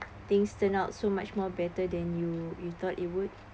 things turned out so much more better than you you thought it would